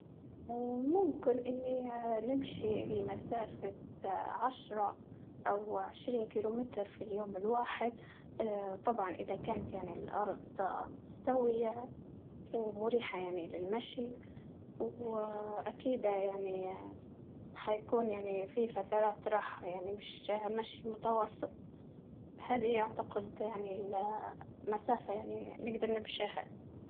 اه ممكن اني اه نمحي لمسافة اه عشرة او عشرين كيلو متر في اليوم الواحد، اه طبعا اذا كانت يعني الارض اه مستوية ومريحة يعني للمشي، وأكيد اه يعني اه حيكون يعني في فترات راح يعني مش مش متوفر، هل هي أعتقد يعني المسافة يعني نقدر نمشيها.